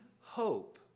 hope